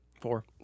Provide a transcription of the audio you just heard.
Four